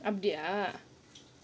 update ah